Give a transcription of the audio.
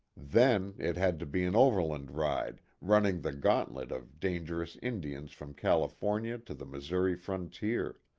then it had to be an overland ride running the gauntlet of dangerous indians from california to the missouri frontier.